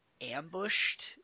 ambushed